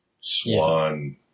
swan